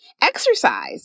Exercise